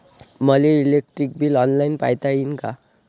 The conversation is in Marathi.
मले इलेक्ट्रिक बिल ऑनलाईन पायता येईन का?